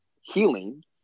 healing